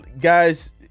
guys